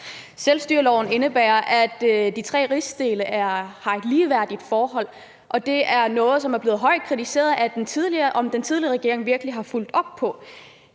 Selvstyreloven indebærer, at de tre rigsdele har et ligeværdigt forhold, og der er blevet sat kraftigt spørgsmålstegn ved, om den tidligere regering virkelig har fulgt op på